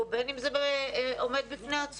בין אם זה במסגרת קורס בזום ובין אם זה עומד בפני עצמו.